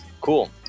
Cool